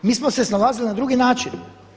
Mi smo se snalazili na drugi način.